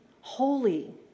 holy